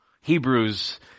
Hebrews